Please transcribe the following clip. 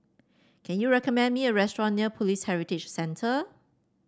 can you recommend me a restaurant near Police Heritage Centre